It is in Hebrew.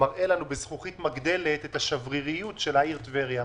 מראה לנו בזכוכית מגדלת את השבריריות של העיר טבריה.